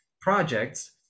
projects